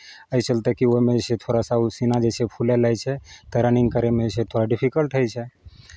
एहि चलते कि ओहिमे जे छै थोड़ा सा ओ सीना जे छै फूलय लगै छै तऽ रनिंग करयमे जे छै थोड़ा डिफिकल्ट होइ छै